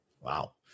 wow